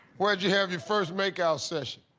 where did you have your first make-out session?